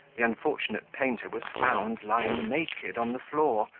the unfortunate painter was found lying naked on the floor,